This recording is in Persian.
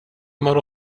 مارو